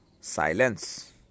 silence